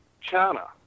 China